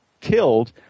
killed